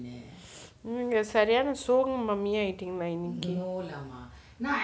நீங்க செரியான சோக:nenga seriyaana soga mummy ah ஆயிட்டுங்க இன்னிக்கு:aayitingga innikku